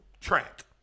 track